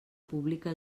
pública